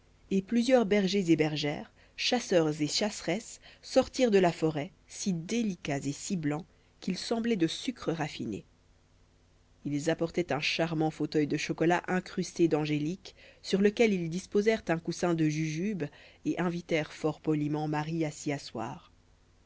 et plusieurs bergers et bergères chasseurs et chasseresses sortirent de la forêt si délicats et si blancs qu'ils semblaient de sucre raffiné ils apportaient un charmant fauteuil de chocolat incrusté d'angélique sur lequel ils disposèrent un coussin de jujube et invitèrent fort poliment marie à s'y